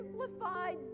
simplified